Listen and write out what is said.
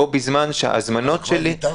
בו בזמן שההזמנות שלי --- כבר ויתרת?